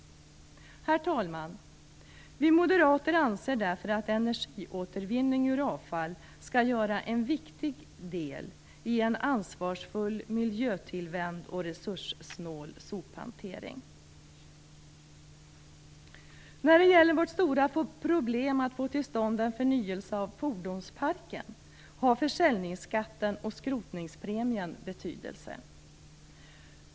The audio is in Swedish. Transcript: Herr talman! Vi moderater anser därför att energiåtervinning ur avfall skall utgöra en viktig del i en ansvarsfull, miljötillvänd och resurssnål sophantering. När det gäller vårt stora problem att få till stånd en förnyelse av fordonsparken har försäljningsskatten och skrotningspremien betydelse.